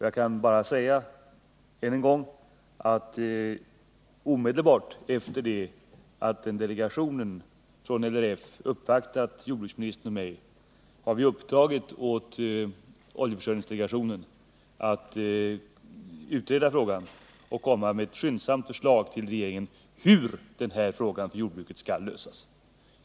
Jag kan bara säga än en gång att omedelbart efter det att delegationen från LRF uppvaktat jordbruksministern och mig, uppdrog vi åt oljeförsörjningsdelegationen att utreda frågan och skyndsamt lägga fram förslag till regeringen om hur denna fråga skall lösas för jordbruket.